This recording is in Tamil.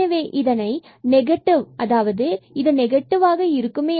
எனவே இதனை நெகட்டிவ் அதாவது இது நெகட்டிவாக இருக்குமே